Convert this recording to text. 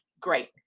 Great